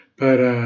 para